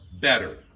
better